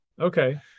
Okay